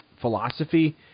philosophy